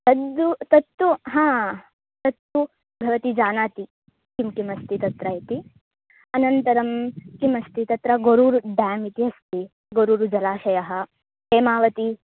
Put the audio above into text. तद् तत्तु हा तत्तु भवती जानाति किं किमस्ति तत्र इति अनन्तरं किमस्ति तत्र गोरूरु डेम् इति अस्ति गोरूरुजलाशयः हेमावती